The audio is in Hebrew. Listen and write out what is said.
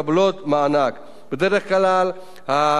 המימון הדיפרנציאלי, משרד האוצר לא אוהב את זה.